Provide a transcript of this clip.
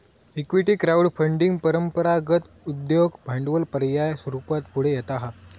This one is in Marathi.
इक्विटी क्राउड फंडिंग परंपरागत उद्योग भांडवल पर्याय स्वरूपात पुढे येता हा